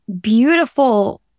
beautiful